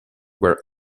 were